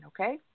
okay